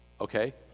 Okay